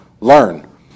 LEARN